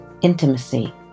intimacy